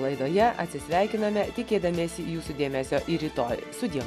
laidoje atsisveikiname tikėdamiesi jūsų dėmesio ir rytoj sudie